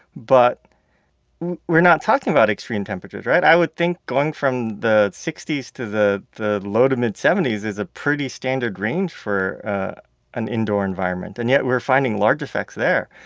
but we're not talking about extreme temperatures right? i would think going from the sixty s to the the low to mid seventy s is a pretty standard range for an indoor environment. and yet we're finding large effects there.